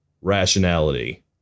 rationality